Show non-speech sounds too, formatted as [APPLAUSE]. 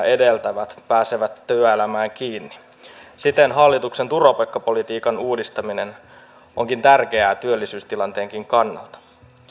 [UNINTELLIGIBLE] edeltävät pääsevät työelämään kiinni siten hallituksen turvapaikkapolitiikan uudistaminen onkin tärkeää työllisyystilanteenkin kannalta